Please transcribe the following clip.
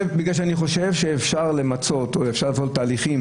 אני חושב שאפשר למצות או אפשר לעשות תהליכים